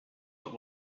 that